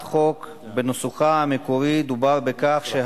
החוק לפיקוח על ייצור הצמח ושיווקו,